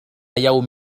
يوم